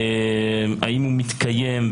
האם הוא מתקיים?